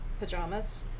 Pajamas